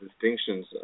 distinctions